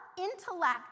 intellect